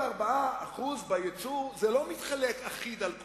44% ביצוא לא מתחלקים בצורה אחידה על כולם.